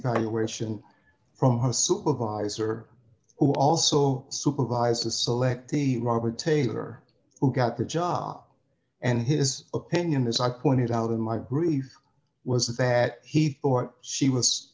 evaluation from her supervisor who also supervised to select the robert taylor who got the job and his opinion as i pointed out in my brief was that he or she was